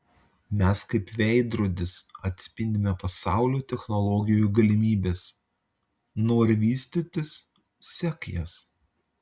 mes kaip veidrodis atspindime pasaulio technologijų galimybes nori vystytis sek jas